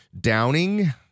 Downing